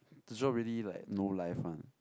the job really like no life one